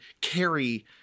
carry